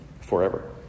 forever